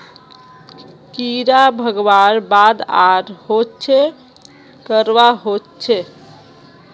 कीड़ा भगवार बाद आर कोहचे करवा होचए?